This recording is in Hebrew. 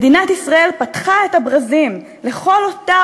מדינת ישראל פתחה את הברזים לכל אותה